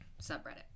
subreddit